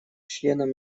членам